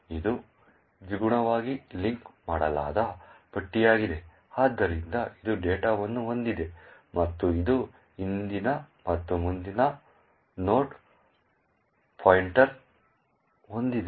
ಇದು ದ್ವಿಗುಣವಾಗಿ ಲಿಂಕ್ ಮಾಡಲಾದ ಪಟ್ಟಿಯಾಗಿದೆ ಆದ್ದರಿಂದ ಇದು ಡೇಟಾವನ್ನು ಹೊಂದಿದೆ ಮತ್ತು ಇದು ಹಿಂದಿನ ಮತ್ತು ಮುಂದಿನ ನೋಡ್ ಪಾಯಿಂಟರ್ಗಳನ್ನು ಹೊಂದಿದೆ